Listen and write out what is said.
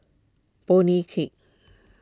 Bonny Hicks